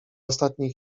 ostatniej